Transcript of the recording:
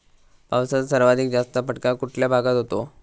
पावसाचा सर्वाधिक जास्त फटका कुठल्या भागात होतो?